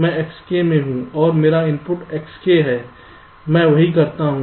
मैं Xk में हूं और मेरा इनपुट Xk है मैं वहीं रहता हूं